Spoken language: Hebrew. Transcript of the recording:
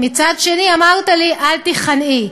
מצד שני אמרת לי: אל תיכנעי.